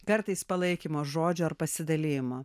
kartais palaikymo žodžių ar pasidalijimo